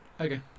Okay